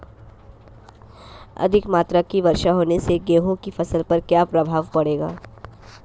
अधिक मात्रा की वर्षा होने से गेहूँ की फसल पर क्या प्रभाव पड़ेगा?